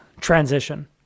transition